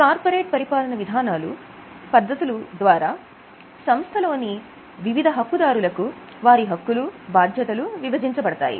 corporate పరిపాలన విధానాలు పద్ధతులు ద్వారా సంస్థలోని వివిద్హ హక్కు దారులకు వారి హక్కులు బాధ్యతలు విభజించబడతాయి